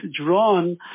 drawn